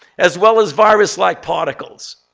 as well as virus-like particles.